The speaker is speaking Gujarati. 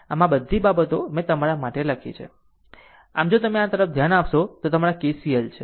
આમ આ બધી બાબતો મેં તમારા માટે લખી છે આમ જો તમે આ તરફ ધ્યાન આપશો તો તમારા KCL છે